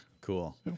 Cool